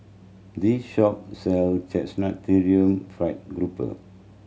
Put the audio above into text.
this shop sell Chrysanthemum Fried Grouper